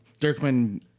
Dirkman